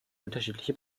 unterschiedliche